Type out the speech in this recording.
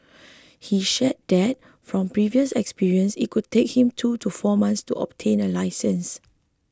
he shared that from previous experience it could take him two to four months to obtain a licence